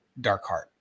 Darkheart